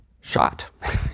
shot